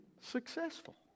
successful